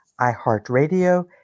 iHeartRadio